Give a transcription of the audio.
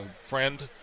friend